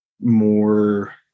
more